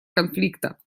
конфликта